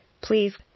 please